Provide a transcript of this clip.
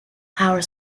power